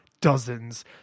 dozens